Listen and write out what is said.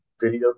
video